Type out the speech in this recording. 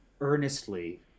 earnestly